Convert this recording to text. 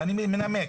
ואני מנמק.